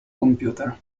computer